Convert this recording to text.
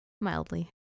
Mildly